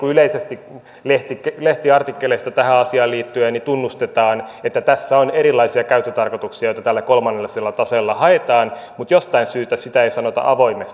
yleisesti lehtiartikkeleissa tähän asiaan liittyen tunnustetaan että tässä on erilaisia käyttötarkoituksia joita tällä kolmannella taseella haetaan mutta jostain syystä sitä ei sanota avoimesti